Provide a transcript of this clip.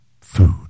food